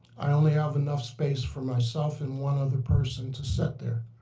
i only have enough space for myself and one other person to sit there.